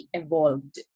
evolved